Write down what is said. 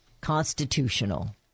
constitutional